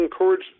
encourage